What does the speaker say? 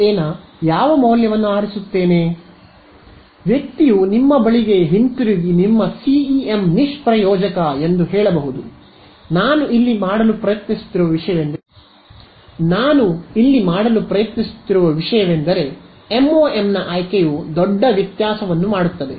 ಆದ್ದರಿಂದ ವ್ಯಕ್ತಿಯು ನಿಮ್ಮ ಬಳಿಗೆ ಹಿಂತಿರುಗಿ ನಿಮ್ಮ ಸಿಇಎಂ ನಿಷ್ಪ್ರಯೋಜಕ ಎಂದು ಹೇಳಬಹುದು ನಾನು ಇಲ್ಲಿ ಮಾಡಲು ಪ್ರಯತ್ನಿಸುತ್ತಿರುವ ವಿಷಯವೆಂದರೆ MoM ನ ಆಯ್ಕೆಯು ದೊಡ್ಡ ವ್ಯತ್ಯಾಸವನ್ನು ಮಾಡುತ್ತದೆ